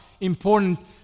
important